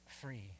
free